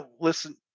listen